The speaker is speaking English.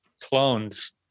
clones